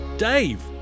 Dave